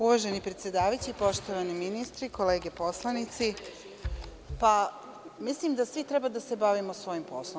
Uvaženi predsedavajući, poštovani ministri, kolege poslanici, mislim da svi treba da se bavimo svojim poslom.